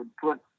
put